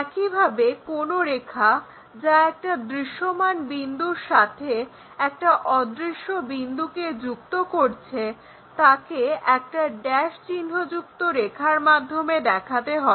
একইভাবে কোনো রেখা যা একটা দৃশ্যমান বিন্দুর সাথে একটা অদৃশ্য বিন্দুকে যুক্ত করছে তাকে একটা ড্যাশ চিহ্ন যুক্ত রেখার মাধ্যমে দেখাতে হবে